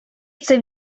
chce